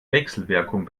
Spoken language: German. wechselwirkung